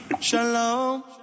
Shalom